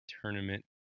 tournament